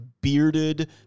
bearded